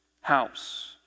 house